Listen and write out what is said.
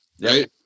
Right